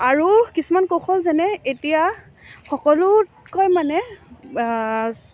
আৰু কিছুমান কৌশল যেনে এতিয়া সকলোতকৈ মানে